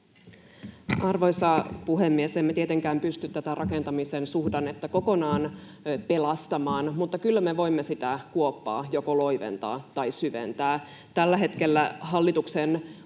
Arvoisa puhemies! Emme tietenkään pysty tätä rakentamisen suhdannetta kokonaan pelastamaan, mutta kyllä me voimme sitä kuoppaa joko loiventaa tai syventää. Tällä hetkellä hallituksen